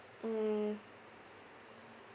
mm